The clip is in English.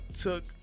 took